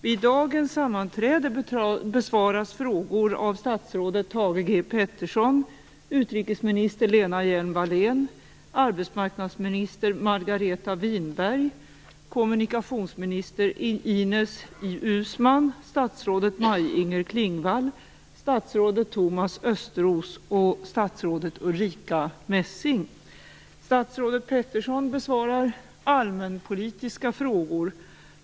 Vid dagens sammanträde besvaras frågor av statsrådet Thage G Peterson, utrikesminister Lena Hjelm-Wallén, arbetsmarknadsminister Margareta Winberg, kommunikationsminister Ines Uusmann, statsrådet Maj-Inger Klingvall, statsrådet Thomas Östros och statsrådet Ulrica Messing. Statsrådet Peterson besvarar allmänpolitiska frågor.